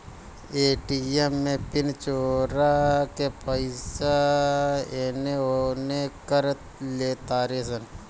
ATM में pin चोरा के पईसा एने ओने कर लेतारे सन